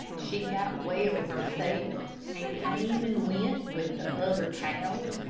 she got well herself, and came and went with the other cows,